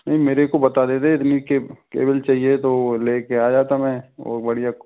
नहीं मेरे को बता देते इतनी केवल चाहिए तो वो लेके आ जाता मैं वो बढ़िया